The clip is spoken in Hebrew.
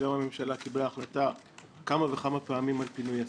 וגם הממשלה קיבלה החלטה כמה וכמה פעמים על פינוי השדה.